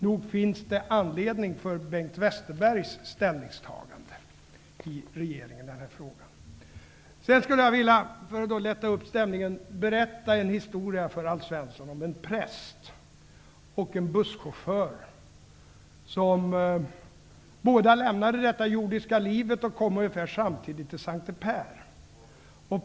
Nog finns det anledning för Bengt Westerbergs ställningstagande i regeringen i den här frågan. Jag vill för att lätta upp stämningen berätta en historia för Alf Svensson om en präst och en busschaufför som båda lämnade det jordiska livet och kom ungefär samtidigt till Sankte Per.